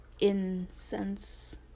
incense